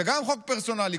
זה גם חוק פרסונלי,